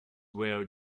were